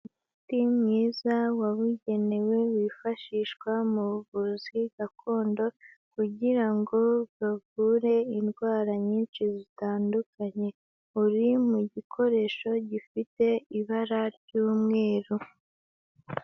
Umuti mwiza wabugenewe wifashishwa mu buvuzi gakondo kugira ngo bavure indwara nyinshi zitandukanye, uri mu gikoresho gifite ibara ry'umweru.